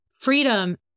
Freedom